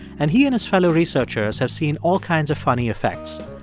and he and his fellow researchers have seen all kinds of funny effects.